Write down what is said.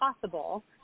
possible